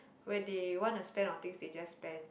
when they wanna spend on things they just spend